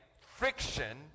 friction